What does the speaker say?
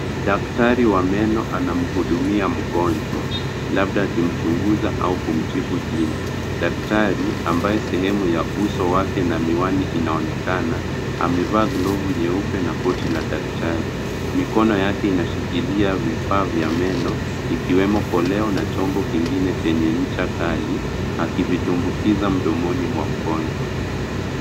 Daktari wa meno anamhudumia mgonjwa labda akimchunguza au kumtibu jino. Daktari ambaye sehemu ya uso wake na miwani inaonekana amevaa glavu nyeupe na koti la daktari. Mikono yake inashikilia vifaa vya meno ikiwemo koleo na chombo kingine chenye ncha kali akivitumbukiza mdomoni mwa mgonjwa.